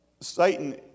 Satan